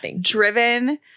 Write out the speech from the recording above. driven